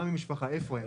מה עם המשפחה, איפה הם?